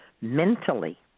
mentally